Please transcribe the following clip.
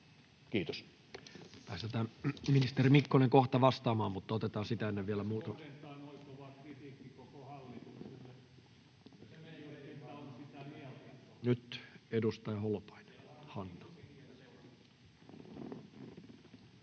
Content: Päästetään ministeri Mikkonen kohta vastaamaan, mutta otetaan sitä ennen vielä muutama puheenvuoro.